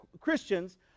Christians